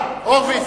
הורוביץ?